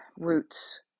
roots